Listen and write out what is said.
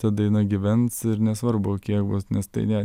ta daina gyvens ir nesvarbu kiek bus nes tai ne